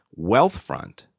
Wealthfront